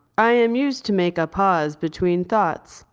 i am used to make a pause between thoughts,